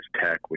Tech